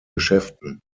geschäften